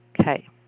Okay